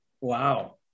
Wow